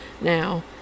Now